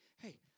hey